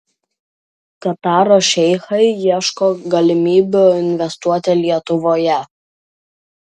kataro šeichai ieško galimybių investuoti lietuvoje